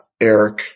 Eric